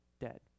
dead